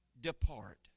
depart